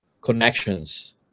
connections